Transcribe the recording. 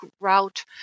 route